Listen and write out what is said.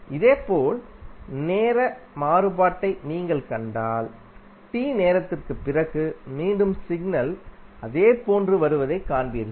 இதேபோல் நேர மாறுபாட்டை நீங்கள் கண்டால் T நேரத்திற்குப் பிறகு மீண்டும் சிக்னல் அதே போன்று வருவதைக் காண்பீர்கள்